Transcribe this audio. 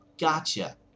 gotcha